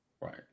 Right